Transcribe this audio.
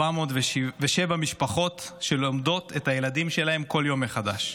19,407 משפחות שלומדות את הילדים שלהן כל יום מחדש,